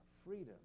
Freedom